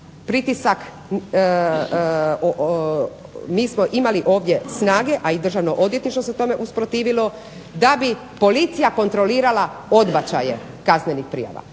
pritisak mi smo imali ovdje snage, a i Državno odvjetništvo se tome protivilo da bi policija kontrolirala odbačaje kaznenih prijava.